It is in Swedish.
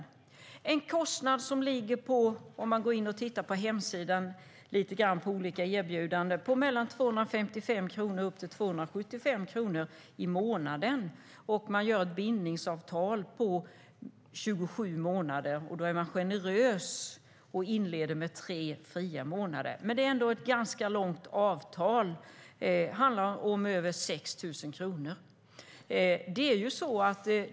Det är en kostnad som ligger på - om man går in och tittar på olika erbjudanden på hemsidan - mellan 255 och 275 kronor i månaden. Man har ett bindningsavtal på 24 månader, och då är man generös och inleder med tre fria månader. Men det är ändå ett ganska långt avtal. Det handlar om över 6 000 kronor.